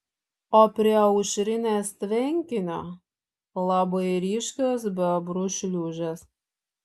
o prie aušrinės tvenkinio labai ryškios bebrų šliūžės